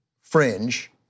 fringe